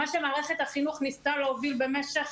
מה שמערכת החינוך ניסתה להוביל במשך